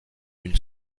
une